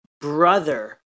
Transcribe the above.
brother